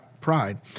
pride